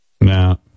No